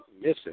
missing